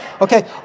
Okay